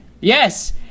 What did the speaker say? yes